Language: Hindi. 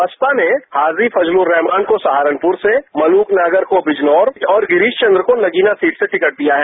बसपा ने हाजी फजर्लरहमान को सहारनपर से मलूक नागर को बिजनौर और गिरीश चंद्र को नगीना सीट से टिकट दिया है